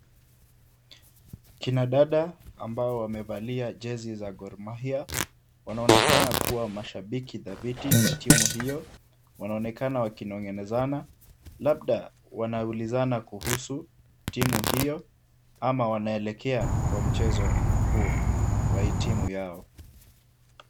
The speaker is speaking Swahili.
Kina dada ambao wamevalia jezi za Gor mahia. Wanaonekana kuwa mashabiki dhabiti wa timu hio , wanaonekana wakinongezana labda, wanaulizana kuhusu timu hio, ama wanaelekea kwa mchezo huo wa hii timu yao.